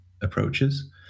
approaches